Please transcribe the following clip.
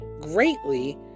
greatly